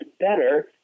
better